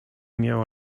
miała